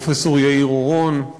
פרופסור יאיר אורון,